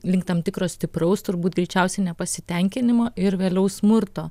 link tam tikro stipraus turbūt greičiausiai nepasitenkinimo ir vėliau smurto